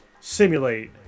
simulate